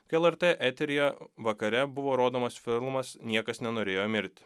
kai lrt eteryje vakare buvo rodomas filmas niekas nenorėjo mirti